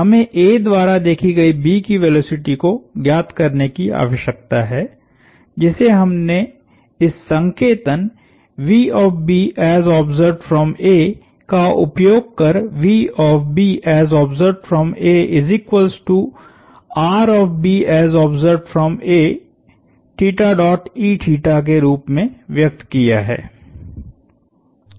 हमें A द्वारा देखी गई B की वेलोसिटी को ज्ञात करने की आवश्यकता है जिसे हमने इस संकेतनका उपयोग करके रूप में व्यक्त किया है